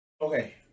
Okay